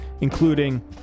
including